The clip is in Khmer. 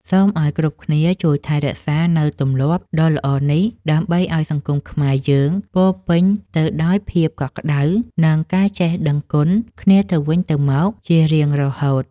សូមឱ្យគ្រប់គ្នាជួយថែរក្សានូវទម្លាប់ដ៏ល្អនេះ ដើម្បីឱ្យសង្គមខ្មែរយើងពោពេញទៅដោយភាពកក់ក្តៅ និងការចេះដឹងគុណគ្នាទៅវិញទៅមកជារៀងរហូត។